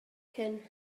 cyn